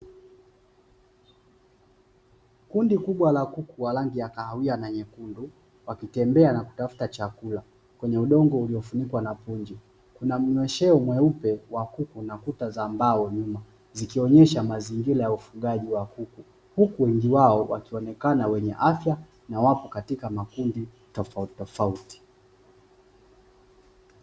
Kundi kubwa la kuku wa rangi ya kahawia na nyekundu, wakitembea na kutafuta chakula, kwenye udongo uliofunikwa na punje. Kuna mnywesheo mweupe wa kuku, na kuta za mbao nyuma, zikionyesha mazingira ya ufugaji wa kuku. Huku wengi wao wakionekana wenye afya, na wapo katika makundi tofautitofauti.